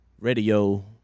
radio